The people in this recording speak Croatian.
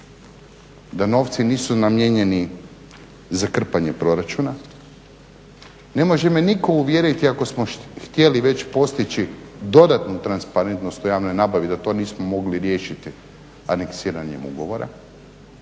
da novci nisu uvjereni za krpanje proračuna. Ne može me nitko uvjeriti ako smo htjeli već postići dodatnu transparentnost u javnoj nabavi da to nismo mogli riješiti aneksiranjem ugovora.